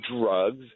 drugs